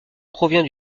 provient